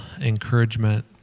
encouragement